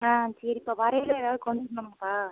ஆ சரிப்பா வரையில் எதாவது கொண்டு வரணுமாப்பா